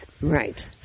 Right